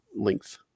length